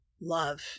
love